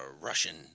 Russian